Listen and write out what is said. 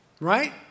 right